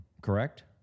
correct